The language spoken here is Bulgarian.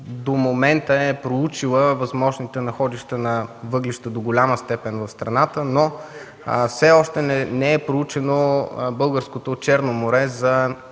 до момента е проучила възможните находища на въглища до голяма степен в страната, но все още не е проучено българското Черно море за